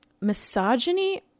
misogyny